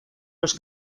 los